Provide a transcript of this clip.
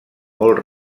molt